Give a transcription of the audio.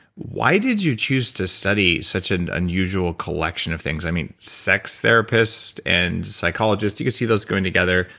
why did you choose to study such an unusual collection of things. i mean sex therapist and psychologist. you could see those going together.